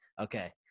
okay